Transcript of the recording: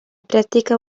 pràctica